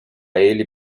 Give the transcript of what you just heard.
ele